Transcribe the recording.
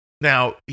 Now